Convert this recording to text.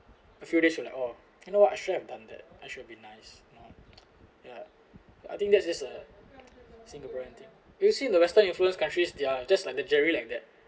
a few days we like oh you know I should have done that I should be nice you know ya I think that's just a singaporean thing you see in the western influenced countries they're just like the jerry like that